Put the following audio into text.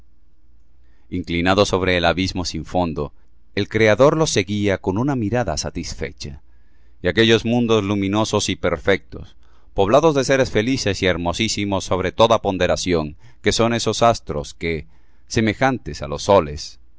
inclinado sobre el abismo sin fondo el creador los seguía con una mirada satisfecha y aquellos mundos luminosos y perfectos poblados de seres felices y hermosísimos sobre toda ponderación que son esos astros que semejantes á los soles